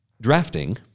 drafting